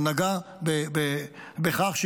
או נגעה בכך,